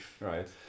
Right